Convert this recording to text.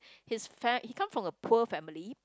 his fa~ he come from a poor family